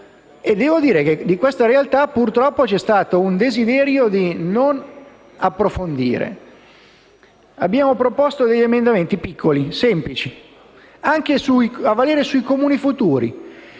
E rispetto a questa realtà, purtroppo, vi è stato un desiderio di non approfondire. Abbiamo proposto emendamenti piccoli, semplici, anche a valere sui Comuni che